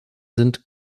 sind